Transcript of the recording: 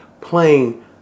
playing